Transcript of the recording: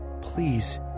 please